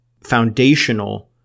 foundational